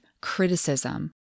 criticism